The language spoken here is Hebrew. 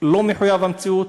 מחויב המציאות,